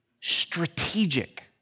strategic